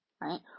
right